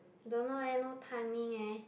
don't know leh no timing eh